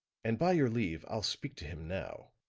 and by your leave, i'll speak to him now.